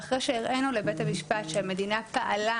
ואחרי שהראינו לבית המשפט שהמדינה פעלה